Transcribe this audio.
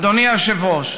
אדוני היושב-ראש,